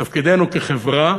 תפקידנו כחברה